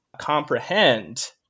comprehend